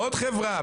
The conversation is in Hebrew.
עוד חברה.